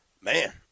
Man